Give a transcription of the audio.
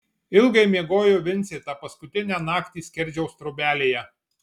ilgai miegojo vincė tą paskutinę naktį skerdžiaus trobelėje